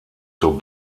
zur